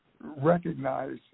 recognize